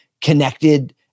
connected